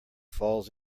falls